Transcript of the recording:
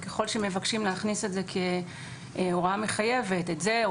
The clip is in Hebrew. וככל שמבקשים להכניס את זה כהוראה מחייבת את זה או